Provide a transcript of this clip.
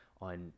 on